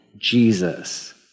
jesus